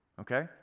okay